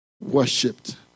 worshipped